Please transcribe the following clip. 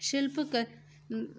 शिल्पक